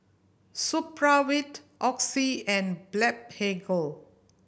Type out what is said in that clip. Supravit Oxy and Blephagel